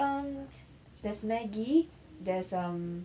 um there's maggie there's um